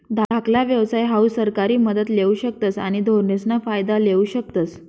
धाकला व्यवसाय हाऊ सरकारी मदत लेवू शकतस आणि धोरणेसना फायदा लेवू शकतस